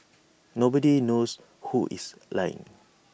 nobody knows who is lying